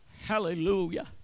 hallelujah